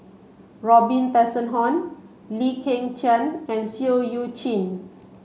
Robin Tessensohn Lee Kong Chian and Seah Eu Chin